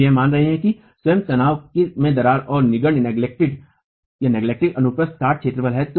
हम यह मान रहे है कि स्वयं तनाव में दरारें और निगन्य अनुप्रस्थ काट क्षेत्रफल है